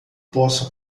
posso